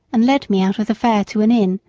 and led me out of the fair to an inn,